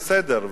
בסדר,